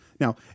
Now